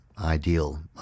ideal